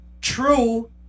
true